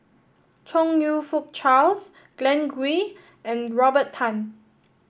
Chong You Fook Charles Glen Goei and Robert Tan